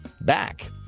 back